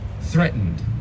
threatened